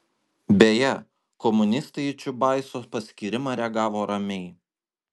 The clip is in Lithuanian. beje komunistai į čiubaiso paskyrimą reagavo ramiai